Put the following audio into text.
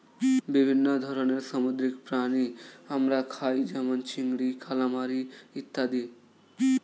বিভিন্ন ধরনের সামুদ্রিক প্রাণী আমরা খাই যেমন চিংড়ি, কালামারী ইত্যাদি